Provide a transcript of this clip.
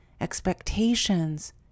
expectations